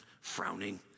frowning